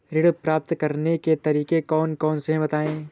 ऋण प्राप्त करने के तरीके कौन कौन से हैं बताएँ?